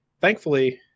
thankfully